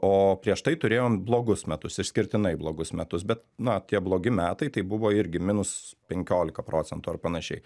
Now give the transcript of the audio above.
o prieš tai turėjom blogus metus išskirtinai blogus metus bet na tie blogi metai tai buvo irgi minus penkiolika procentų ar panašiai